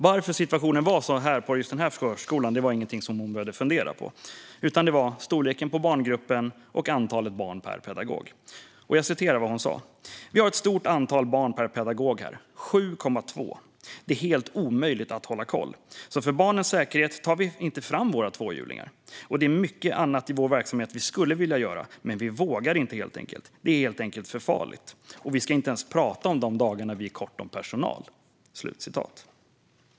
Varför situationen var så här på just denna förskola var inget som hon behövde fundera på - det var på grund av storleken på barngruppen och antalet barn per pedagog. Det här är vad hon sa: Vi har ett stort antal barn per pedagog här - 7,2. Det är helt omöjligt att hålla koll, så för barnens säkerhet tar vi inte fram våra tvåhjulingar. Det är mycket annat i vår verksamhet vi skulle vilja göra, men vi vågar inte. Det är helt enkelt för farligt. Och vi ska inte ens prata om de dagar vi har ont om personal.